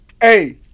Hey